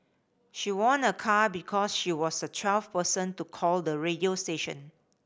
she won a car because she was the twelfth person to call the radio station